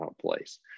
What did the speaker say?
place